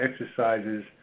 exercises